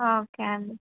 okay అండి